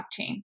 blockchain